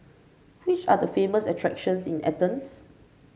which are the famous attractions in Athens